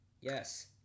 Yes